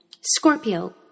Scorpio